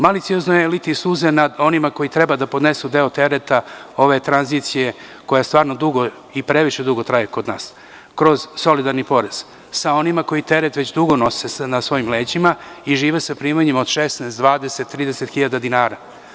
Maliciozno je liti suze nad onima koji treba da podnesu deo tereta ove tranzicije koja stvarno dugo i previše dugo traje kod nas, kroz solidarni porez, sa onima koji teret već dugo nose na svojim leđima i žive sa primanjima od 16, 20 ili 30.000 dinara.